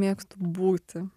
mėgstu būti